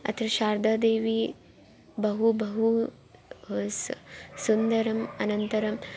अत्र शार्दादेवी बहु बहु स् सुन्दरम् अनन्तरं